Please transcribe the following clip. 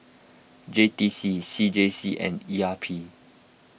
J T C C J C and E R P